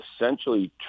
essentially